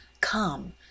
Come